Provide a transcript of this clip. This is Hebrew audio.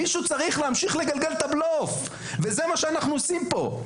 מישהו צריך להמשיך לגלגל את הבלוף וזה מה שאנחנו עושים פה.